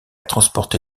transporté